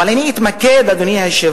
אבל אני אתמקד, אדוני היושב-ראש,